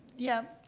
yeah,